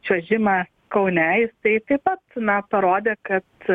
čiuožimas kaune jisai taip pat na parodė kad